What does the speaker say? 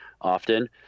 often